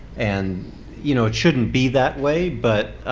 and you know it shouldn't be that way but